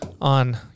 on